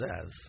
says